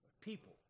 people